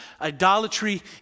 idolatry